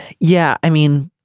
yeah i mean